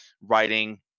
writing